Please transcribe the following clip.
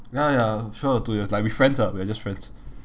ya ya ya short of two years like we friends ah we are just friends